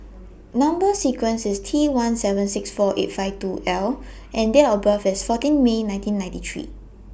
Number sequence IS T one seven six four eight five two L and Date of birth IS fourteen May nineteen ninety three